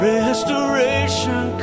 Restoration